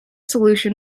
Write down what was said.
solution